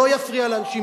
שלא יפריע לאנשים.